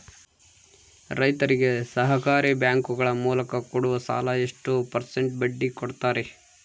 ರೈತರಿಗೆ ಸಹಕಾರಿ ಬ್ಯಾಂಕುಗಳ ಮೂಲಕ ಕೊಡುವ ಸಾಲ ಎಷ್ಟು ಪರ್ಸೆಂಟ್ ಬಡ್ಡಿ ಕೊಡುತ್ತಾರೆ?